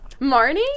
Marnie